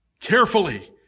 carefully